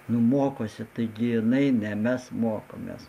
nu mokosi taigi jinai ne mes mokomės